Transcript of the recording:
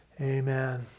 Amen